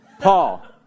Paul